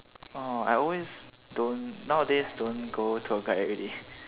oh I always don't nowadays don't go tour guide already